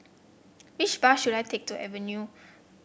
which bus should I take to Avenue